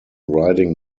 riding